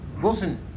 Wilson